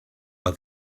but